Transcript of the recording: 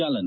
ಚಾಲನೆ